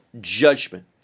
judgment